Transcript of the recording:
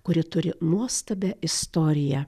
kuri turi nuostabią istoriją